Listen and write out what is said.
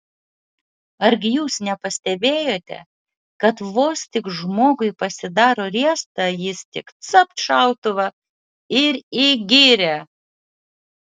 argi jūs nepastebėjote kad vos tik žmogui pasidaro riesta jis tik capt šautuvą ir į girią